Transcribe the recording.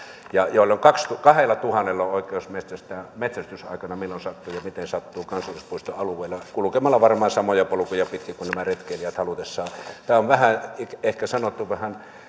joista kahdellatuhannella on oikeus metsästää metsästysaikana milloin sattuu ja miten sattuu kansallispuiston alueella kulkemalla varmaan halutessaan samoja polkuja pitkin kuin retkeilijät tämä on ehkä sanottu vähän